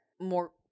more